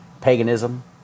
paganism